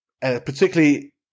Particularly